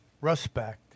Respect